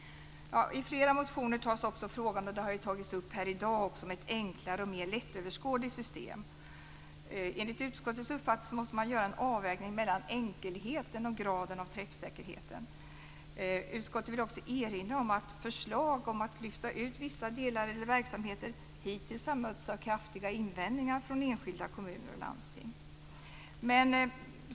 I flera motioner - och det har även skett i dag - tas frågan om ett enklare och mer lättöverskådligt system upp. Enligt utskottets uppfattning måste en avvägning göras mellan enkelhet och graden av träffsäkerhet. Utskottet vill också erinra om att förslag att lyfta ut vissa delar eller verksamheter hittills har mötts av kraftiga invändningar från enskilda kommuner och landsting.